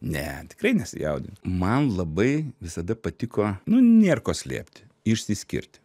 ne tikrai nesijaudinu man labai visada patiko nu nėr ko slėpti išsiskirti